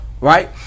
right